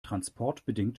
transportbedingt